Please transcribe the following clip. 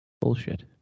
Bullshit